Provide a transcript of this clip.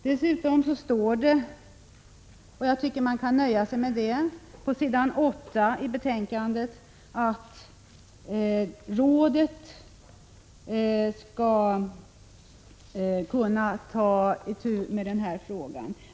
Dessutom står det på s. 8 i betänkandet att, vilket jag tycker att man kan nöja sig med, AN-rådet skall kunna ta itu med den här frågan.